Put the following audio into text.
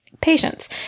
patients